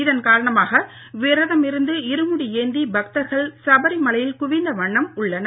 இதன் காரணமாக விரதம் இருந்து இருமுடி ஏந்தி பக்தர்கள் சபரிமலையில் குவிந்த வண்ணம் உள்ளனர்